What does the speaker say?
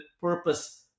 purpose